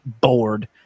bored